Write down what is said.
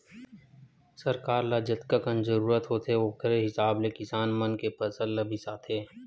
सरकार ल जतकाकन जरूरत होथे ओखरे हिसाब ले किसान मन के फसल ल बिसाथे